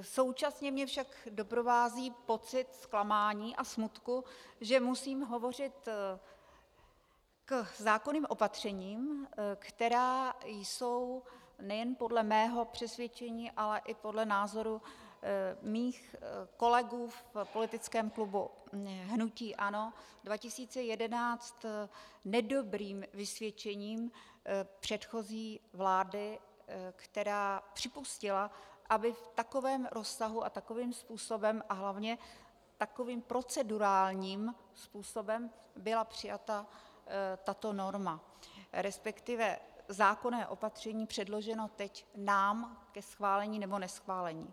Současně mě však doprovází pocit zklamání a smutku, že musím hovořit k zákonným opatřením, která jsou nejen podle mého přesvědčení, ale i podle názoru mých kolegů v politickém klubu hnutí ANO 2011 nedobrým vysvědčením předchozí vlády, která připustila, aby v takovém rozsahu, takovým způsobem a hlavně takovým procedurálním způsobem byla přijata tato norma, respektive zákonné opatření předložené nám teď ke schválení nebo neschválení.